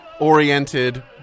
oriented